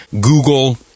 Google